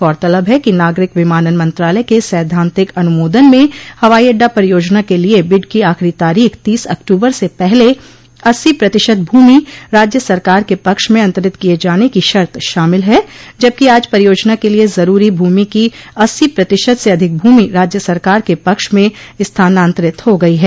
गौरतलब है कि नागरिक विमानन मंत्रालय के सैद्वान्तिक अनुमोदन में हवाई अड्डा परियोजना के लिये बिड की आखिरी तारीख तीस अक्टूबर से पहले अस्सी प्रतिशत भूमि राज्य सरकार के पक्ष में अंतरित किये जाने की शर्त शामिल है जबकि आज परियोजना के लिये जरूरी भूमि की अस्सी प्रतिशत से अधिक भूमि राज्य सरकार के पक्ष में स्थानांतरित हो गई है